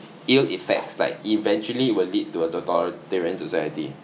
ill effects like eventually will lead to a totalitarian society